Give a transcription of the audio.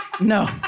No